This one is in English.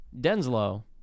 Denslow